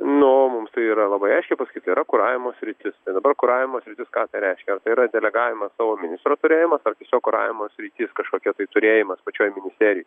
nu mums tai yra labai aiškiai pasakyta yra kuravimo sritis ir dabar kuravimo sritis ką reiškia ar tai yra delegavimas savo ministro turėjimas ar tiesiog kuravimo sritis kažkokia tai turėjimas pačioj ministerijoj